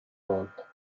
volta